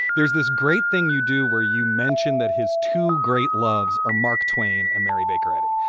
there's this great thing you do where you mentioned that his two great loves are mark twain and mary baker eddy.